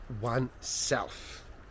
oneself